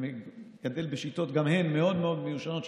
הם מגדלים בשיטות שגם הן מאוד מאוד מיושנות,